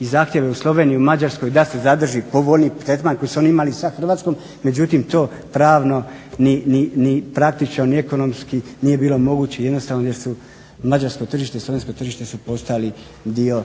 i zahtjevi u Sloveniju i Mađarsku da se zadrži povoljniji tretman koji su oni imali sa Hrvatskom, međutim to pravno ni praktično ni ekonomski nije bilo moguće jednostavno jer su mađarsko i slovensko tržište su postali dio